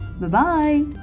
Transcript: Bye-bye